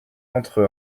entre